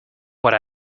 what